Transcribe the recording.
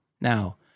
Now